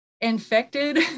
infected